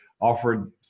offered